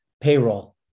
payroll